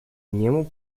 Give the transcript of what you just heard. niemu